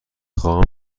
خواهم